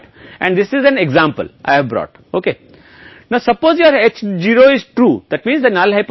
अभी भी अस्वीकार नहीं कर रहा है इसका मतलब है कि आप हमें बता रहे हैं कि खराब दवा है और बाजार इसे अनुमति दे रहे हैं